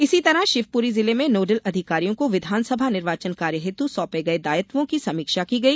इसी तरह शिवपूरी जिले में नोडल अधिकारियों को विधानसभा निर्वाचन कार्य हेत सौंपे गए दायित्वों की समीक्षा की गई